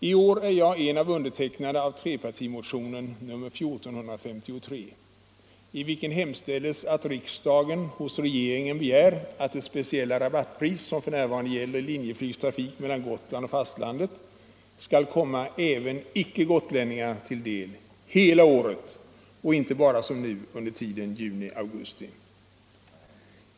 I år är jag en av undertecknarna av trepartimotionen 1453, i vilken hemställs att ”riksdagen beslutar att hos regeringen begära att det speciella rabattpris som f.n. gäller i Linjeflygs trafik mellan Gotland och fastlandet kommer även icke gotlänningar till del året runt” — inte som nu bara under juni-augusti.